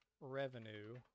revenue